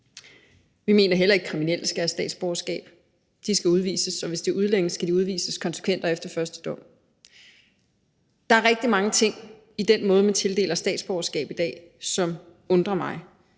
Vi mener heller ikke, at kriminelle skal have statsborgerskab. De skal udvises, og hvis det er udlændinge, skal de udvises konsekvent og efter første dom. Der er rigtig mange ting i den måde, man tildeler statsborgerskab på i dag, som undrer mig.